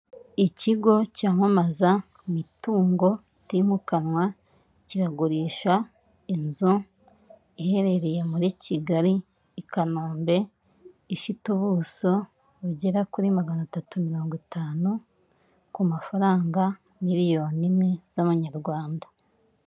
Ikigo cyamamaza imitungo itimukanwa kiragurisha inzu iherereye muri Kigali, i Kanombe. Ifite ubuso bugera kuri magana atatu mirongo itanu, ku mafaranga miliyoni imwe z'amanyarwanda.